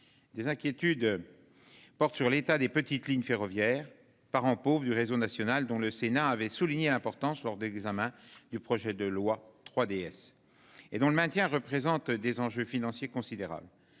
Des inquiétudes. Portent sur l'état des petites lignes ferroviaires, parent pauvre du réseau national dont le Sénat avait souligné l'importance lors d'examen du projet de loi 3DS et dont le maintien représentent des enjeux financiers considérables.